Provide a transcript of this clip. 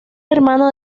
hermano